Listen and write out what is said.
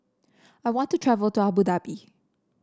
I want to travel to Abu Dhabi